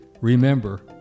Remember